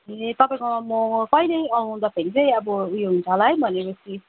ए तपाईँकोमा म कहिले आउँदाखेरि चाहिँ अब ऊ यो हुन्छ होला है भनेपछि